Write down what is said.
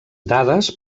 dades